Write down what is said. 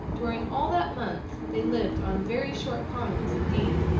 during all that month, they lived on very short commons indeed,